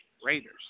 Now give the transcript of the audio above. Raiders